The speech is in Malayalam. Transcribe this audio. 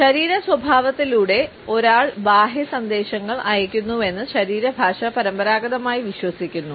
ശരീര സ്വഭാവത്തിലൂടെ ഒരാൾ ബാഹ്യ സന്ദേശങ്ങൾ അയയ്ക്കുന്നുവെന്ന് ശരീരഭാഷ പരമ്പരാഗതമായി വിശ്വസിക്കുന്നു